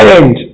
end